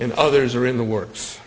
and others are in the works